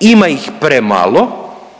ima ih premalo,